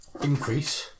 increase